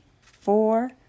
four